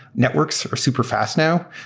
networks are superfast now.